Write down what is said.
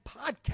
podcast